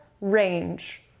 range